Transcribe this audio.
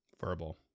Verbal